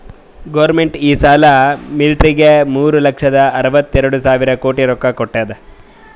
government ಈ ಸಲಾ ಮಿಲ್ಟ್ರಿಗ್ ಮೂರು ಲಕ್ಷದ ಅರ್ವತ ಎರಡು ಸಾವಿರ ಕೋಟಿ ರೊಕ್ಕಾ ಕೊಟ್ಟಾದ್